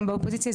גם באופוזיציה,